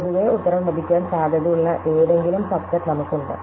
പൊതുവേ ഉത്തരം ലഭിക്കാൻ സാധ്യതയുള്ള ഏതെങ്കിലും സബ് സെറ്റ് നമുക്ക് ഉണ്ട്